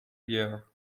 year